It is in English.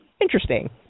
Interesting